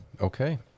okay